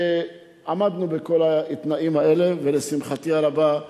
עמדנו בכל התנאים האלה, ולשמחתי הרבה.